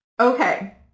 Okay